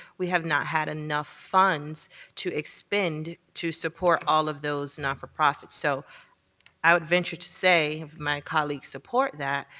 we have not had enough funds to expend to support all of those not-for-profits, so i would venture to say, if my colleagues support that,